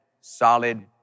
Solid